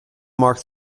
marked